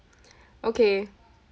okay